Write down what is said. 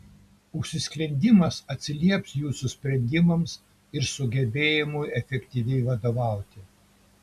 užsisklendimas atsilieps jūsų sprendimams ir sugebėjimui efektyviai vadovauti